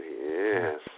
yes